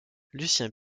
lucien